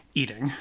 eating